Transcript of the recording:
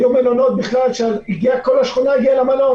היו בכלל מלונות שכל השכונה הגיעה למלון.